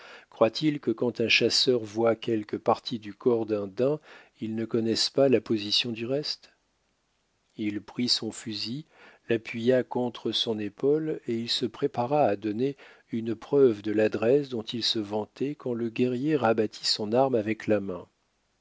croit-il que quand un chasseur voit quelque partie du corps d'un daim il ne connaisse pas la position du reste il prit son fusil l'appuya contre son épaule et il se préparait à donner une preuve de l'adresse dont il se vantait quand le guerrier rabattit son arme avec la main